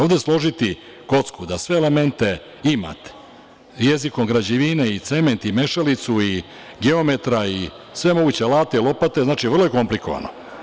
Ovde složiti kocku da sve elemente imate, jezikom građevine, i cement i mešalicu i geometra i sve moguće alate, lopate, znači, vrlo je komplikovano.